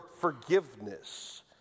forgiveness